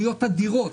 אדירות.